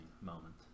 moment